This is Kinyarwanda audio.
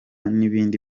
n’ibindi